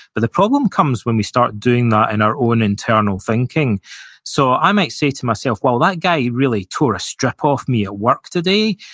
but the problem comes when we start doing that in our own internal thinking so, i might say to myself, well, that guy really tore a strip off me at work today,